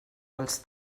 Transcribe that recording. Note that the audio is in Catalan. els